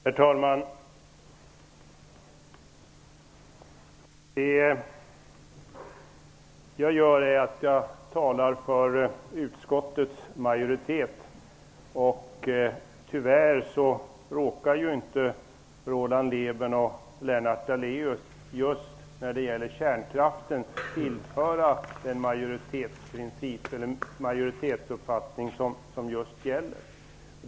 Herr talman! Jag talar för utskottets majoritet. Tyvärr råkar inte Roland Lében och Lennart Daléus ansluta sig till den majoritetsuppfattning som gäller.